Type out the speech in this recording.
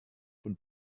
von